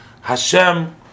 Hashem